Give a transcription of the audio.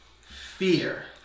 Fear